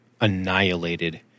annihilated